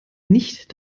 nicht